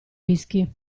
whisky